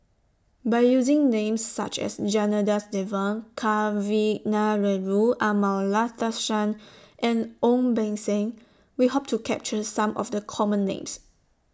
By using Names such as Janadas Devan Kavignareru Amallathasan and Ong Beng Seng We Hope to capture Some of The Common Names